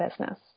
business